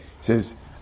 says